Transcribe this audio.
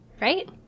right